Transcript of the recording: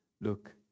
Look